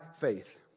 faith